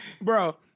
Bro